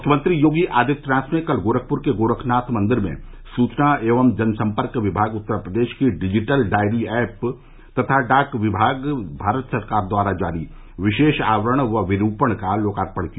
मुख्यमंत्री योगी आदित्यनाथ ने कल गोरखपुर के गोरखनाथ मन्दिर में सूचना एवं जन सम्पर्क विभाग उत्तर प्रदेश की डिजिटल डायरी एप तथा डाक विमाग भारत सरकार द्वारा जारी विशेष आवरण व विरूपण का लोकार्पण किया